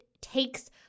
takes